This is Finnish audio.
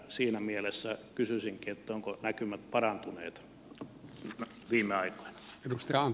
siinä mielessä kysyisinkin ovatko näkymät parantuneet viime aikoina